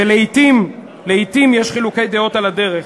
ולעתים לעתים, יש חילוקי דעות על הדרך.